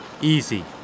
Easy